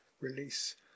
release